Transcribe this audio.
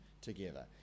together